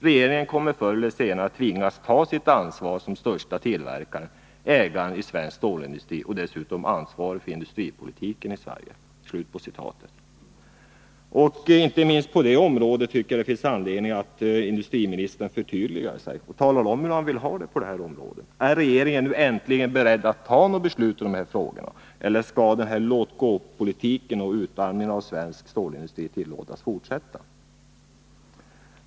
Regeringen kommer förr eller senare att tvingas ta sitt ansvar som största tillverkaren — ägaren i svensk stålindustri och dessutom ansvarig för industripolitiken i Sverige.” Jag tycker att det finns anledning att industriministern förtydligar sig och talar om hur han vill ha det på detta område. Är regeringen nu äntligen beredd att fatta beslut i dessa frågor, eller skall låtgåpolitiken och utarmningen av svensk stålindustri tillåtas fortsätta?